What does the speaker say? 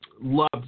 loved